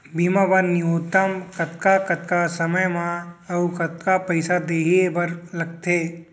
बीमा बर न्यूनतम कतका कतका समय मा अऊ कतका पइसा देहे बर लगथे